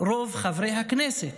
רוב חברי הכנסת?